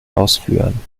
ausführen